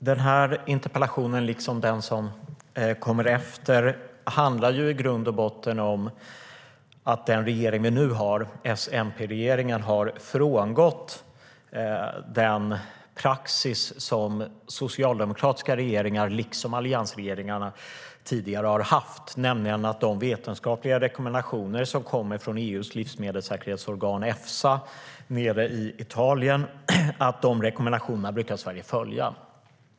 Den här interpellationen, liksom den som kommer efter, handlar ju i grund och botten om att den regering som vi nu har, S och MP-regeringen, har frångått den praxis som socialdemokratiska regeringar liksom alliansregeringar tidigare har haft, nämligen att Sverige brukar följa de vetenskapliga rekommendationer som kommer från EU:s livsmedelssäkerhetsorgan Efsa i Italien.